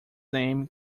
name